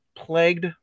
plagued